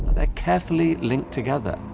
they're carefully linked together.